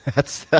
that's